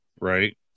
right